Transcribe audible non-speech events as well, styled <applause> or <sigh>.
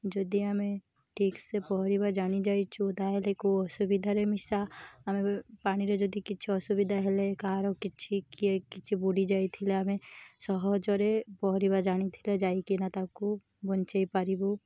ଯଦି ଆମେ ଠିକ୍ସେ ପହଁରିବା ଜାଣି ଯାଇଛୁ ତା'ହେଲେ କେଉଁ ଅସୁବିଧାରେ ମିଶା ଆମେ <unintelligible> ପାଣିରେ ଯଦି କିଛି ଅସୁବିଧା ହେଲେ କାହାର କିଛି କିଏ କିଛି ବୁଡ଼ି ଯାଇଥିଲେ ଆମେ ସହଜରେ ପହଁରିବା ଜାଣିଥିଲେ ଯାଇକିନା ତାକୁ ବଞ୍ଚାଇପାରିବୁ